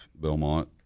Belmont